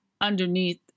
underneath